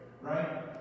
Right